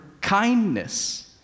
kindness